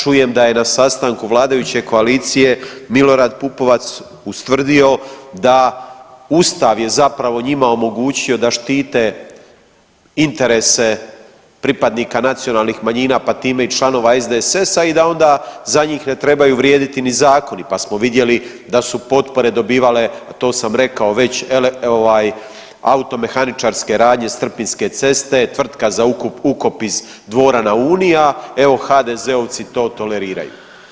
Čujem da je na sastanku vladajuće koalicije Milorad Pupovac ustvrdio da Ustav je zapravo njima omogućio da štite interese pripadnika nacionalnih manjina pa time i članova SDSS-a i da onda za njih ne trebaju vrijediti ni zakoni, pa smo vidjeli da su potpore dobivale, a to sam rekao već, automehaničarske radnje s Trpinjske ceste, tvrtka za ukop iz Dvoran na Uni, a evo HDZ-ovci to toleriraju.